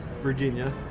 Virginia